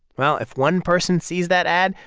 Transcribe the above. well, if one person sees that ad,